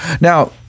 Now